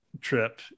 trip